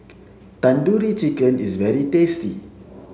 Tandoori Chicken is very tasty